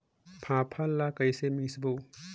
फाफण ला कइसे मिसबो?